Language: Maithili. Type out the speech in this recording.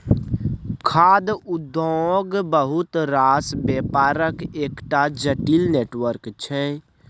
खाद्य उद्योग बहुत रास बेपारक एकटा जटिल नेटवर्क छै